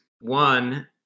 One